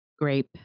Grape